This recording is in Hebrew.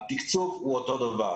התקצוב הוא אותו דבר,